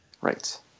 Right